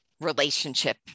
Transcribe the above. relationship